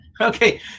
Okay